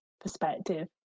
perspective